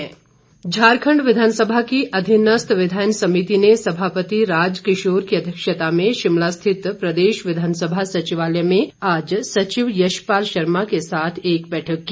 विधानसभा समिति झारखण्ड विधानसभा की अधीनस्थ विधायन समिति ने सभापति राज किशोर की अध्यक्षता में शिमला स्थित प्रदेश विधानसभा सचिवालय में आज सचिव यशपाल शर्मा के साथ एक बैठक की